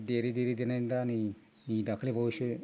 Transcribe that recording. देरै देरै देरनानै दा नै नै दाख्लि बावैसो